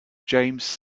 james